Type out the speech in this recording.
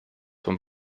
von